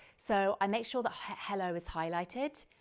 so i make sure that hello is highlighted,